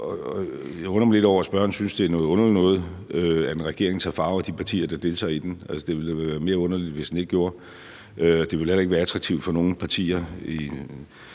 Jeg undrer mig lidt over, at spørgeren synes, det er noget underligt noget, at en regering tager farve af de partier, der deltager i den. Det ville da være mere underligt, hvis den ikke gjorde. Og det ville heller ikke være attraktivt for nogen partier